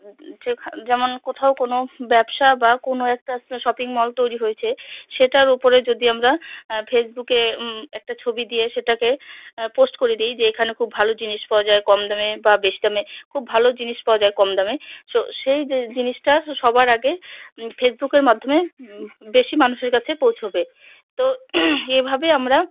যে যেমন কোথাও কোনো ব্যবসা বা কোনো একটা শপিং মল তৈরি হয়েছে সেটার ও উপরে যদি আমরা ফেসবুকে একটা ছবি দিয়ে সেটাকে পোস্ট করে দিই যে এখানে খুব ভালো জিনিস পাওয়া যায় কম দামে বা বেশি দামে খুব ভালো জিনিস পাওয়া যায় কম দামে সো সেই জিনিসটা সবার আগে ফেসবুকের মাধ্যমে বেশি মানুষের কাছে পৌঁছবে তো এভাবে আমরা